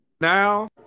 Now